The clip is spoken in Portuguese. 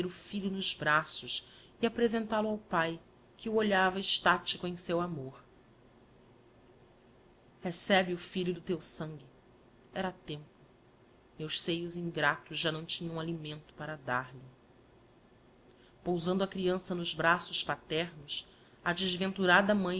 filho nos braços e apresental o ao pae que o olhava extático em seu amor recebe o filho do teu sangue era tempo meus seios ingratos já não tinham alimento para dar-lhe i pousando a creança nos braços paternos a desventurada